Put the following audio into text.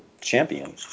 champion